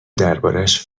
دربارش